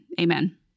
amen